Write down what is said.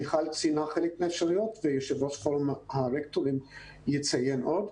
מיכל ציינה חלק מהאפשרויות ויושב ראש פורום הרקטורים יציין עוד.